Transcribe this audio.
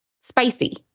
spicy